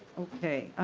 okay.